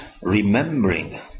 remembering